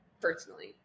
personally